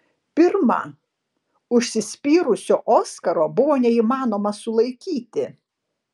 pirma užsispyrusio oskaro buvo neįmanoma sulaikyti